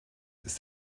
ist